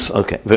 okay